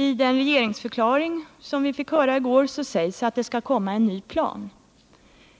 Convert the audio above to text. I gårdagens regeringsförklaring sägs att det skall komma en ny plan.